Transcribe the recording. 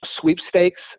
sweepstakes